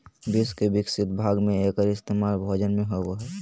विश्व के विकसित भाग में एकर इस्तेमाल भोजन में होबो हइ